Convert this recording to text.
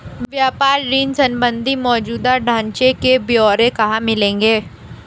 व्यापार ऋण संबंधी मौजूदा ढांचे के ब्यौरे कहाँ मिलेंगे?